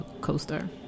coaster